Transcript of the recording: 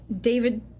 david